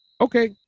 Okay